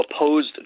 opposed